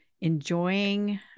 enjoying